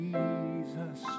Jesus